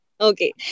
Okay